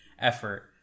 effort